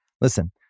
Listen